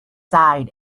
sighed